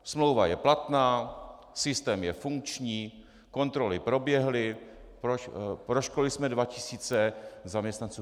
Smlouva je platná, systém je funkční, kontroly proběhly, proškolili jsme dva tisíce zaměstnanců.